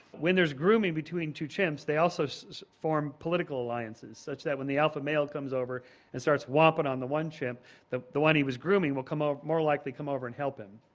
when there's grooming between two chimps they also so form political alliances such that when the alpha male comes over and starts whopping on the one chimp the the one he was grooming will more ah more likely come over and help him.